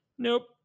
Nope